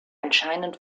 anscheinend